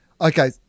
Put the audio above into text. Okay